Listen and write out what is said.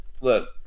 look